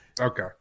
Okay